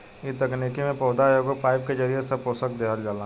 ए तकनीक में पौधा के एगो पाईप के जरिये सब पोषक देहल जाला